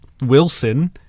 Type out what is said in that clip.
wilson